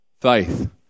faith